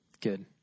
Good